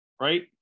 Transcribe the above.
right